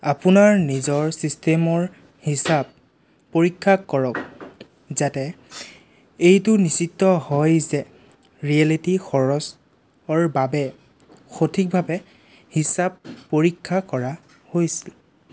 আপোনাৰ নিজৰ ছিষ্টেমৰ হিচাপ পৰীক্ষা কৰক যাতে এইটো নিশ্চিত হয় যে ৰিয়েল্টিৰ খৰচৰ বাবে সঠিকভাৱে হিচাপ পৰীক্ষা কৰা হৈছে